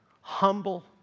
humble